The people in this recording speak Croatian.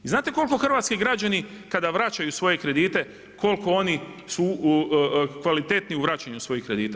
I znate koliko hrvatski građani kada vraćaju svoje kredite koliko oni su kvalitetni u vraćanju svojih kredita.